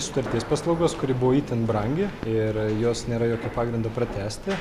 sutarties paslaugos kuri buvo itin brangi ir jos nėra jokio pagrindo pratęsti